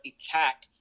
attack